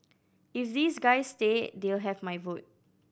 if these guys stay they'll have my vote